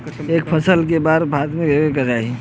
एक फसल में क बार खाद फेके के चाही?